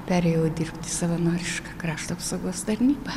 perėjau dirbt į savanorišką krašto apsaugos tarnybą